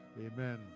Amen